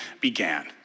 began